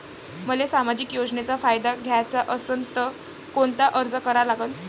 मले सामाजिक योजनेचा फायदा घ्याचा असन त कोनता अर्ज करा लागन?